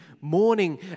morning